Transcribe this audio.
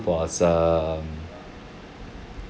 was um